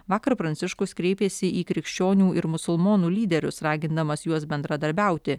vakar pranciškus kreipėsi į krikščionių ir musulmonų lyderius ragindamas juos bendradarbiauti